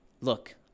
look